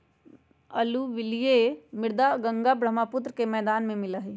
alluvial मृदा गंगा बर्ह्म्पुत्र के मैदान में मिला हई